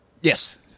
Yes